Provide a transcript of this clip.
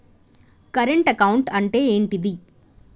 Current account అంటే ఏంటిది?